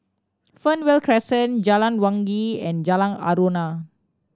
Fernvale Crescent Jalan Wangi and Jalan Aruan